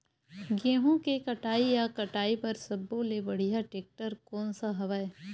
गेहूं के कटाई या कटाई बर सब्बो ले बढ़िया टेक्टर कोन सा हवय?